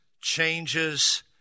changes